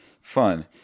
fun